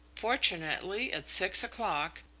fortunately, it's six o'clock,